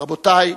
רבותי,